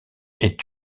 est